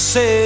Say